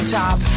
top